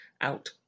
out